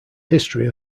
history